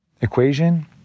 equation